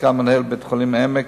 סגן מנהל בית-החולים "העמק",